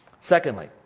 Secondly